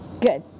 Good